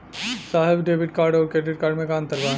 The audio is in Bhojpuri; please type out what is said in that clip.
साहब डेबिट कार्ड और क्रेडिट कार्ड में का अंतर बा?